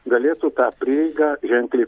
galėtų tą prieigą ženkliai